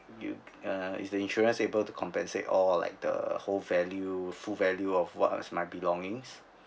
do you uh is the insurance able to compensate all like the uh whole value full value of what's my belongings